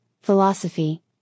philosophy